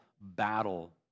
battle